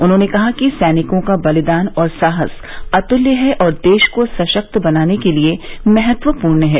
उन्होंने कहा कि सैनिकों का बलिदान और साहस अतुल्य है और देश को सशक्त बनाने के लिए महत्वपूर्ण है